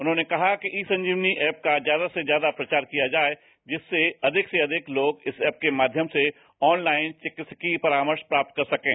उन्होंने कहा कि ईसंजीवनी ऐप का ज्यादा से ज्यादा प्रचार किया जाए जिससे अधिक से अधिक लोग इस ऐप के माध्यम से ऑनलाइन चिकित्सकीय परामर्श प्राप्त कर सकें